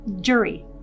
jury